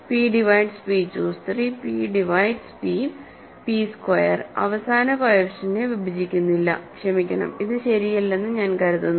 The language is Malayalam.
p divides p choose 3 p divides p p square അവസാന കോഎഫിഷ്യന്റ്നെ വിഭജിക്കുന്നില്ല ക്ഷമിക്കണം ഇത് ശരിയല്ലെന്ന് ഞാൻ കരുതുന്നു